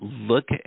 look